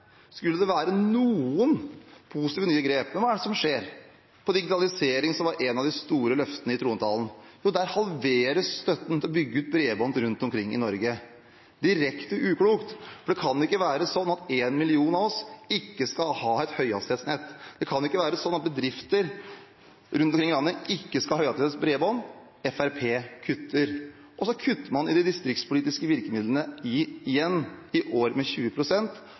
skulle være noen positive nye grep. Men hva er det som skjer på digitaliseringsområdet, som var et av de store løftene i trontalen? Jo, der halveres støtten til å bygge ut bredbånd rundt omkring i Norge. Direkte uklokt! Det kan ikke være sånn at én million av oss ikke skal ha høyhastighetsnett. Det kan ikke være sånn at bedrifter rundt omkring i landet ikke skal ha høyhastighetsbredbånd. Fremskrittspartiet kutter. Og så kutter man i de distriktspolitiske virkemidlene igjen i år med